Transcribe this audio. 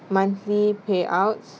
monthly payouts